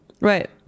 Right